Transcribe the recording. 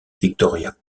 victoria